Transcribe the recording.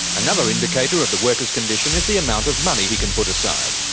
another indicator of the worker's condition is the amount of money he can put aside.